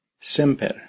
Semper